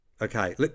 Okay